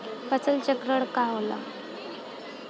फसल चक्रण का होला?